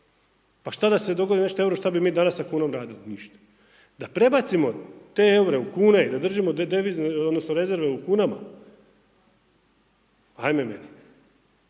Pa šta da se dogodi nešto euru šta bi mi danas sa kunom radili? Ništa. Da prebacimo te eure u kune i da držimo devize, odnosno rezerve u kunama, ajme meni,